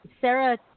Sarah